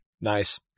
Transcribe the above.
Nice